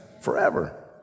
Forever